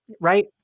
right